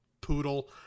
poodle